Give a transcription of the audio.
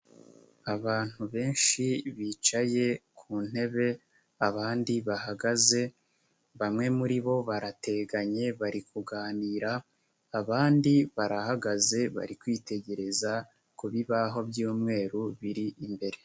Abantu benshi bicaye ku ntebe abandi bahagaze bamwe muri bo barateganye bari kuganira abandi barahagaze bari kwitegereza ku bibaho by'umweru biri imbere.